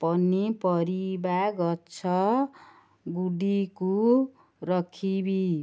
ପନିପରିବା ଗଛ ଗୁଡ଼ିକୁ ରଖିବି